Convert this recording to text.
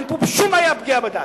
אין פה שום פגיעה בדת.